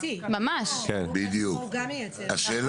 איפה אנחנו עומדים עכשיו?